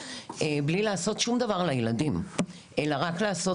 בלי לעשות שום דבר לילדים אלא רק לעשות